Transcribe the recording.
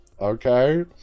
okay